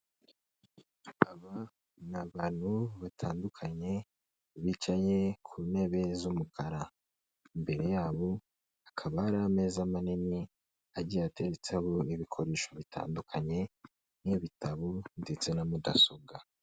Aba ni abantu batandukanye bicaye ku ntebe z'umukara, imbere yabo hakaba hari ameza manini agiye ateretseho ibikoresho bitandukanye nk'ibitabo ndetse na mudasobwa.